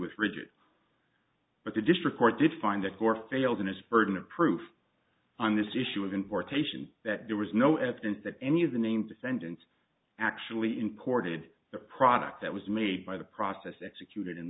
with rigid but the district court defined that gore failed in his burden of proof on this issue of importation that there was no evidence that any of the name descendants actually imported the product that was made by the process executed in